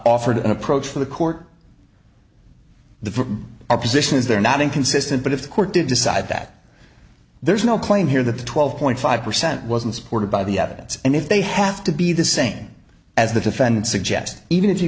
offered an approach for the court the opposition is there not inconsistent but if the court did decide that there's no claim here that the twelve point five percent wasn't supported by the evidence and if they have to be the same as the defendant suggest even if you